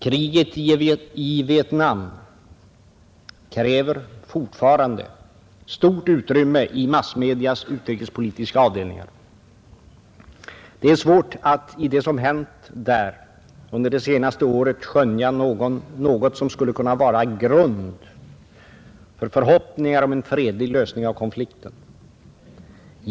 Kriget i Vietnam kräver fortfarande stort utrymme i massmedias utrikespolitiska avdelningar. Det är svårt att i det som hänt där under det senaste året skönja något som skulle kunna vara en grund för förhoppningar om en fredlig lösning av konflikten.